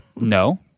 No